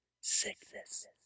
sickness